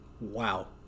Wow